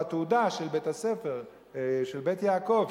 והתעודה של בית-ספר "בית יעקב",